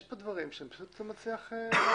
יש כאן דברים שאני פשוט לא מצליח להבין.